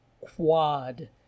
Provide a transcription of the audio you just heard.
quad